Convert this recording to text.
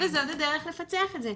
וזאת הדרך לפצח את זה.